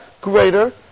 greater